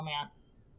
romance